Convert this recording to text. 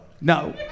No